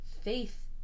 faith